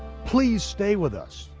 please stay with us.